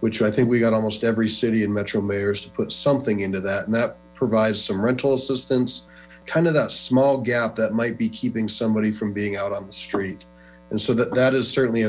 which i think we've got almost every city in metro mayors put something into that and that provides some rental assistance kind of a small gap that might be keeping somebody from being out on the street and so that is certainly